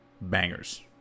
Bangers